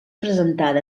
presentada